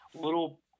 little